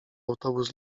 autobus